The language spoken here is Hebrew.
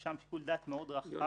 לרשם שיקול דעת רחב מאוד,